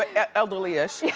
elderly-ish.